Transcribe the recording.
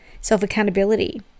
self-accountability